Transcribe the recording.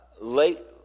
late